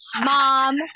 mom